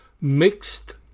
Mixed